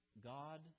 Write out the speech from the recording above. God